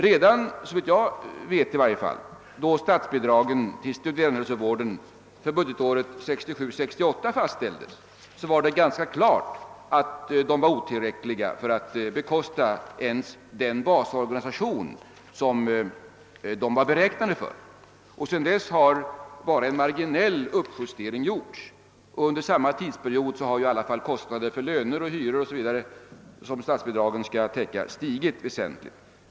Redan då statsbidragen för budgetåret 1967/68 fastställdes, stod det ganska klart att de var otillräckliga för att bekosta ens den basorganisation som de var beräknade för. Sedan dess har bara en marginell uppjustering gjorts. Under samma tidsperiod har kostnaderna för löner och hyror, som skall täckas av statsbidragen, stigit väsentligt.